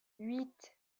huit